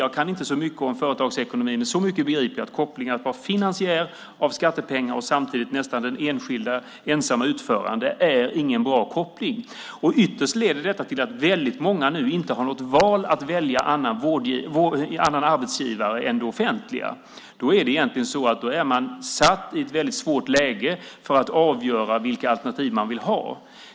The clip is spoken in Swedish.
Jag kan inte så mycket om företagsekonomi, men så mycket begriper jag att kopplingen mellan att vara finansiär med skattepengar och att samtidigt vara nästan den enda enskilda utföraren inte är en bra koppling. Ytterst leder detta till att väldigt många nu inte har någon möjlighet att välja någon annan arbetsgivare än det offentliga. Då är det egentligen så att man är satt i ett väldigt svårt läge när det gäller att avgöra vilka alternativ man vill ha.